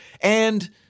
and-